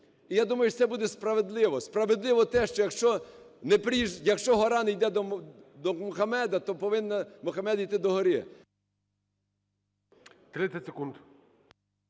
І я думаю, що це буде справедливо, справедливо те, що якщо, якщо гора не йде до Магомета, то повинен Магомет йти до гори.